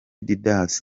didas